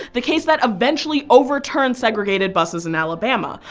the case that eventually overturned segregated buses in alabama.